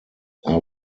are